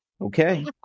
Okay